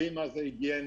יודעים מה זה היגיינה.